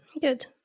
good